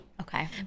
Okay